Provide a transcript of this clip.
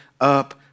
up